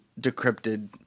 decrypted